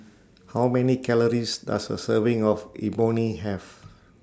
How Many Calories Does A Serving of Imoni Have